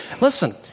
Listen